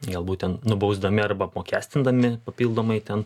galbūt ten nubausdami arba apmokestindami papildomai ten